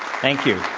thank you.